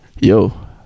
yo